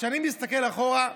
כשאני מסתכל אחורה,